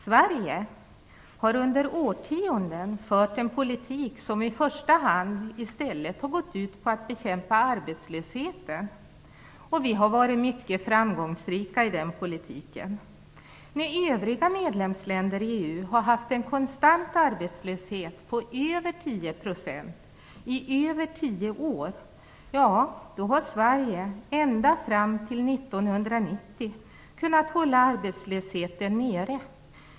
Sverige har under årtionden i stället fört en politik som i första hand har gått ut på att bekämpa arbetslösheten, och vi har varit mycket framgångsrika i den politiken. När övriga medlemsländer i EU har haft en konstant arbetslöshet på över 10 % i över tio år har Sverige ända fram till år 1990 kunnat hålla arbetslösheten nere.